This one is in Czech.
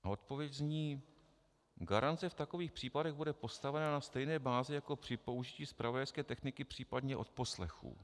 A odpověď zní: Garance v takových případech bude postavena na stejné bázi, jako připouští zpravodajské techniky v případě odposlechů.